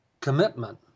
commitment